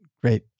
great